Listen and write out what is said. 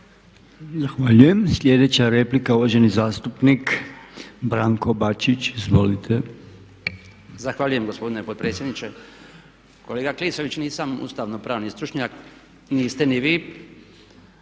Zahvaljujem. Sljedeća replika je uvaženi zastupnik Branko Bačić, izvolite. **Bačić, Branko (HDZ)** Zahvaljujem gospodine potpredsjedniče. Kolega Klisović nisam ustavno pravni stručnjak, niste ni vi,